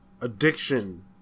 addiction